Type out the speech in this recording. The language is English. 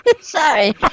Sorry